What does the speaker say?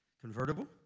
convertible